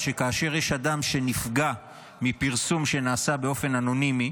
שכאשר יש אדם שנפגע מפרסום שנעשה באופן אנונימי,